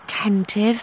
attentive